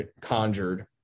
conjured